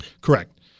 Correct